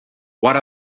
what